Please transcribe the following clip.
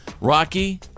Rocky